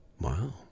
wow